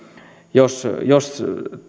jos jos